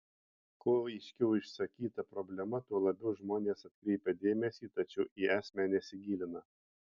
kuo aiškiau išsakyta problema tuo labiau žmonės atkreipia dėmesį tačiau į esmę nesigilina